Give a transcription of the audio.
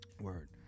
word